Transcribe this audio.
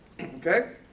Okay